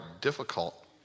difficult